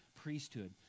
priesthood